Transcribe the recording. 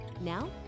Now